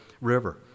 River